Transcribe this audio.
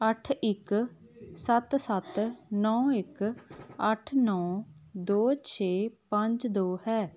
ਅੱਠ ਇੱਕ ਸੱਤ ਸੱਤ ਨੌਂ ਇੱਕ ਅੱਠ ਨੌਂ ਦੋ ਛੇ ਪੰਜ ਦੋ ਹੈ